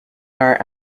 are